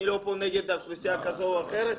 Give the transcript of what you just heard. אני לא נגד אוכלוסייה כזאת או אחרת,